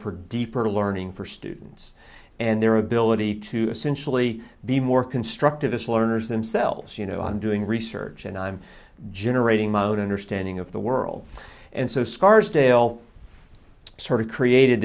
for deeper learning for students and their ability to essentially be more constructivist learners themselves you know on doing research and i'm generating mode understanding of the world and so scarsdale sort of created